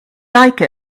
like